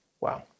Wow